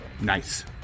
Nice